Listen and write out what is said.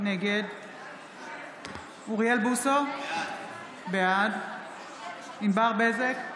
נגד אוריאל בוסו, בעד ענבר בזק,